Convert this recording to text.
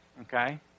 Okay